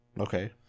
Okay